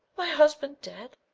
my husband dead!